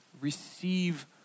Receive